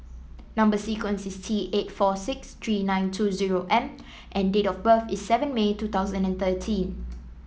number sequence is T eight four six three nine two zero M and date of birth is seven May two thousand and thirteen